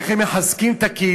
איך הם מחזקים את הקהילות.